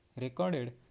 recorded